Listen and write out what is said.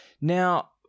Now